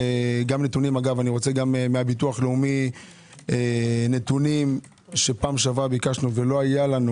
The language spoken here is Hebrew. גם מביטוח לאומי נתונים שפעם שעברה ביקשנו ולא היו לנו.